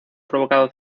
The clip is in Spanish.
provocado